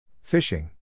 Fishing